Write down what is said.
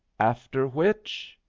after which?